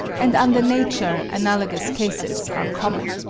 and under nature analogous cases are common.